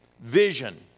vision